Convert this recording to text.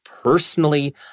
Personally